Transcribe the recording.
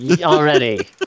already